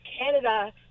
canada